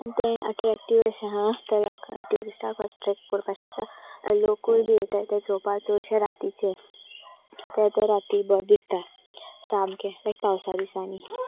आनी तें अट्रेक्टीव अशें आसा ते लोकां ट्युरिस्टाक अट्रेक्ट करपाक शकता लोकूल बी येताय ते चोवपा चडशे रातीचे कित्या ते राती बरें दिसता सामकें लायक पावसा दिसांनी